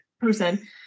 person